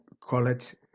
college